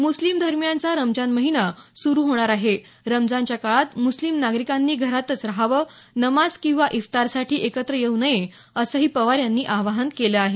मुस्लिम धर्मियांचा रमजान महिना सुरू होणार आहे रमजानच्या काळात मुस्लिम नागरिकांनी घरातच राहावं नमाज किंवा इफ्तारसाठी एकत्र येऊ नये असंही पवार यांनी आवाहन केलं आहे